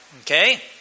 Okay